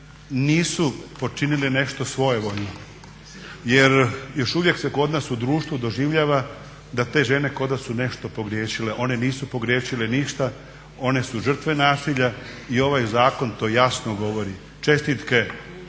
nisu počinile nešto svojevoljno jer još uvijek se kod nas u društvu doživljava da te žene ko da su nešto pogriješile. One nisu pogriješile ništa, one su žrtve nasilja i ovaj zakon to jasno govori. Čestitke